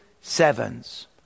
sevens